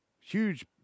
huge